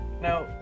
Now